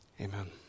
amen